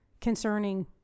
concerning